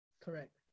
Correct